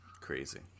crazy